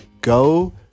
go